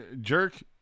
Jerk